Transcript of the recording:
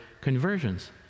conversions